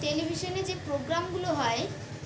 টেলিভিশনে যে প্রোগ্রামগুলো হয়